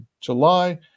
July